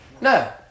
No